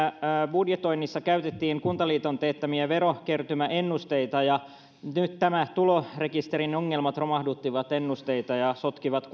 budjetoinnissa käytettiin kuntaliiton teettämiä verokertymäennusteita ja nyt tulorekisterin ongelmat romahduttivat ennusteita ja sotkivat